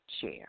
chair